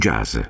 Jazz